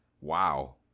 Wow